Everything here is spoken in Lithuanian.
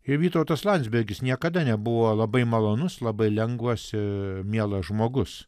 ir vytautas landsbergis niekada nebuvo labai malonus labai langvas e mielas žmogus